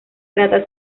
trata